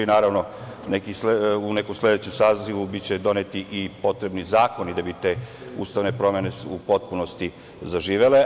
Naravno, u nekom sledećem sazivu biće doneti i potrebni zakoni da bi te ustavne promene u potpunosti zaživele.